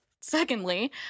secondly